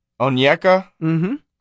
Onyeka